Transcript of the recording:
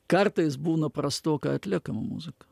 kartais būna prastokai atliekama muzika